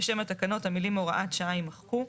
בשם התקנות, המילים "(הוראת שעה)" יימחקו.